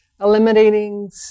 eliminating